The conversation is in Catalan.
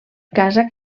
casa